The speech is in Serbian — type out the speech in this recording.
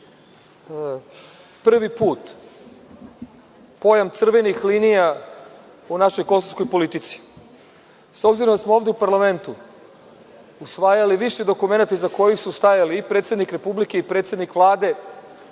prvi put pojam crvenih linija u našoj kosovskoj politici. S obzirom da smo ovde u parlamentu usvajali više dokumenata iza kojih su stajali i predsednik Republike i predsednik Vlade